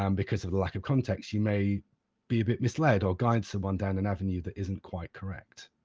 um because of the lack of context, you may be a bit misled or guide someone down an avenue that isn't quite correct.